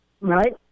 right